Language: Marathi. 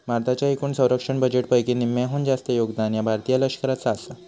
भारताच्या एकूण संरक्षण बजेटपैकी निम्म्याहून जास्त योगदान ह्या भारतीय लष्कराचा आसा